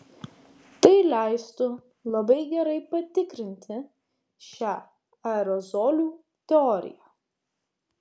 tai leistų labai gerai patikrinti šią aerozolių teoriją